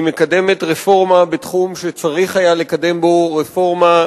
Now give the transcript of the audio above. היא מקדמת רפורמה בתחום שצריך היה לקדם בו רפורמה,